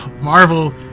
Marvel